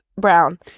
Brown